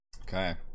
Okay